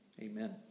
amen